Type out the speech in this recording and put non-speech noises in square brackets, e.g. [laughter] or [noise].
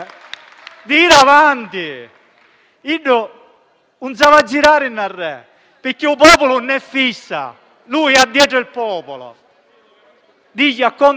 (Digli a Conte di andare avanti e non voltarsi indietro, perché dietro il popolo ha capito il prezioso lavoro che lei sta facendo). [applause] Quindi, a lei, presidente Conte,